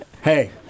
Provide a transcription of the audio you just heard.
Hey